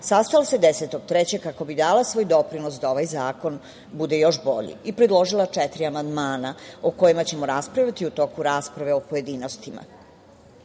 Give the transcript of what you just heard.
sastala se 10. 3. kako bi dala svoj doprinos da ovaj zakon bude još bolji i predložila četiri amandmana o kojima ćemo raspravljati u toku rasprave u pojedinostima. Predlogom